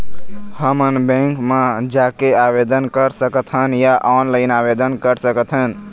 हमन बैंक मा जाके आवेदन कर सकथन या ऑनलाइन आवेदन कर सकथन?